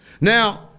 Now